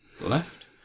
left